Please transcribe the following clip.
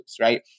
right